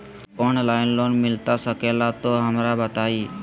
Online loan मिलता सके ला तो हमरो बताई?